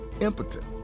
impotent